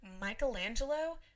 Michelangelo